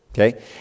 Okay